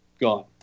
gone